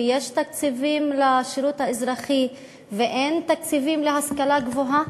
יש תקציבים לשירות האזרחי ואין תקציבים להשכלה גבוהה?